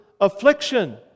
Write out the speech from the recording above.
affliction